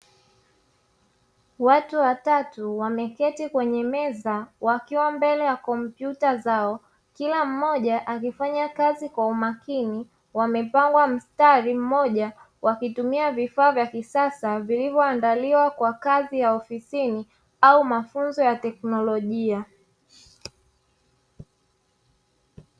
Watu watatu wameketi kwenye meza, wakiwa mbele ya kompyuta zao, kila mmoja akifanya kazi kwa umakini wamepangwa mstari mmoja wakuitumia vifaa vya kisasa, vilivyoandaliwa kwa kazi ya ofisini mafunzo ya teknolojia.